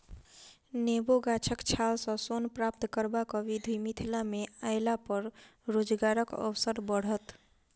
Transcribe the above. नेबो गाछक छाल सॅ सोन प्राप्त करबाक विधि मिथिला मे अयलापर रोजगारक अवसर बढ़त